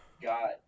got